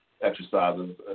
exercises